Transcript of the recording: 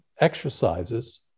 exercises